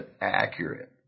accurate